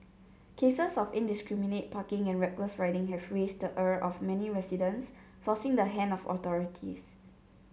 cases of indiscriminate parking and reckless riding have raised the ire of many residents forcing the hand of authorities